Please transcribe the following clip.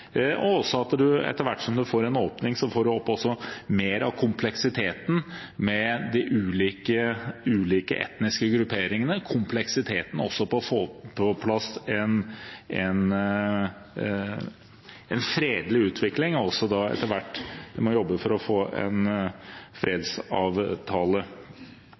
Etter hvert som man får en åpning, får man også opp mer av kompleksiteten med de ulike etniske grupperingene, også kompleksiteten med hensyn til å få på plass en fredelig utvikling, og etter hvert må man jobbe for å få en fredsavtale.